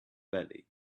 belly